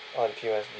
oh the P_O_S_B